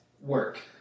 work